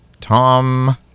Tom